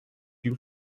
you